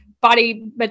body